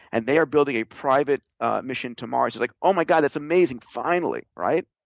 and they are building a private mission to mars. it's like, oh, my god, that's amazing. finally, right?